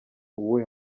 uwuhe